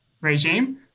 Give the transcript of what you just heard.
regime